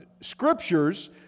scriptures